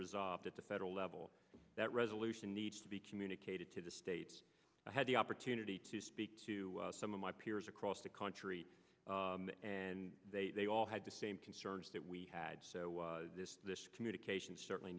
resolved at the federal level that resolution needs to be communicated to the states i had the opportunity to speak to some of my peers across the country and they all had the same concerns that we had so this communication certainly